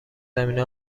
زمینه